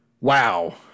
Wow